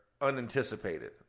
unanticipated